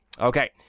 Okay